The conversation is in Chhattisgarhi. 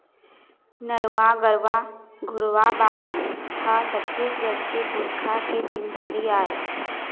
नरूवा, गरूवा, घुरूवा, बाड़ी ह छत्तीसगढ़ के पुरखा के चिन्हारी आय